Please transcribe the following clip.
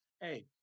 Hey